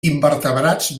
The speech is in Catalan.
invertebrats